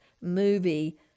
movie